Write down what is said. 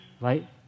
right